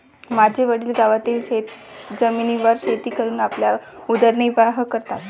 माझे वडील गावातील शेतजमिनीवर शेती करून आपला उदरनिर्वाह करतात